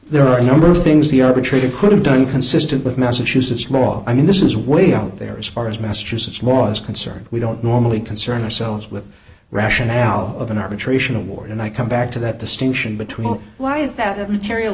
there are a number of things the arbitrator could have done consistent with massachusetts law i mean this is way out there as far as massachusetts was concerned we don't normally concern ourselves with the rationale of an arbitration award and i come back to that distinction between why is that a material